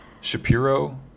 Shapiro